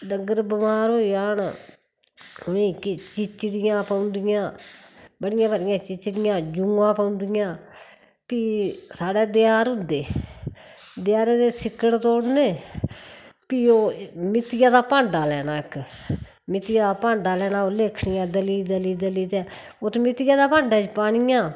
डंगर बिमार होई जान इनें गी चिचडियां पौंदियां बड़ी सारियां चिचडियां जूआं पौंदियां भी साढ़े देआर होंदे दोआंरे दे सिक्कड़ तोड़ने भी ओह् मितियै दे भांडा लेना इक मितिया दा भांडा लेना ओह् भी लकडियां दली दली ते उस मित्तिया दे भांडे च पानियां